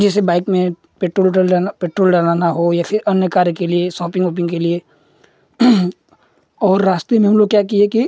जैसे बाइक में पेट्रोल ओट्रोल डालना पेट्रोल डलाना हो या फिर अन्य कार्य के लिए सॉपिंग ओपिंग के लिए और रास्ते में हम लोग क्या किए कि